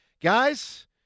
Guys